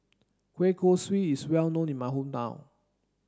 Kueh Kosui is well known in my hometown